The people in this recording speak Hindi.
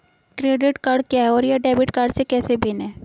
क्रेडिट कार्ड क्या है और यह डेबिट कार्ड से कैसे भिन्न है?